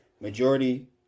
majority